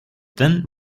then